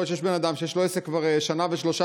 יכול להיות שיש בן אדם שיש לו עסק כבר שנה ושלושה